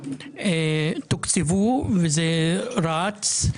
תוקצבו וזה רץ,